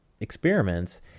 experiments